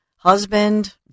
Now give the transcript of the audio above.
Husband